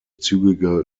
zügige